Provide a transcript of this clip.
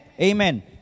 Amen